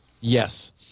Yes